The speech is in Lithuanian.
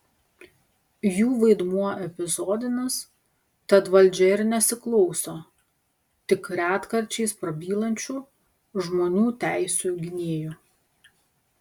jų vaidmuo epizodinis tad valdžia ir nesiklauso tik retkarčiais prabylančių žmonių teisių gynėjų